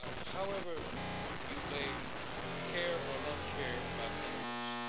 however you may care or not care about animals,